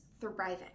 thriving